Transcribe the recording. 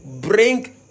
bring